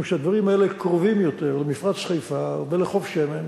משום שהדברים האלה קרובים יותר למפרץ חיפה ולחוף שמן,